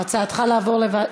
הצעתך, להעביר לוועדה?